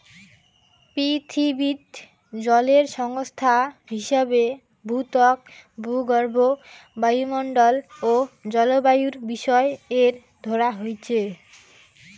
পিথীবিত জলের সংস্থান হিসাবে ভূত্বক, ভূগর্ভ, বায়ুমণ্ডল ও জলবায়ুর বিষয় রে ধরা হইচে